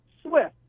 SWIFT